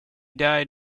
died